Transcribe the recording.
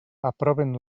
aproven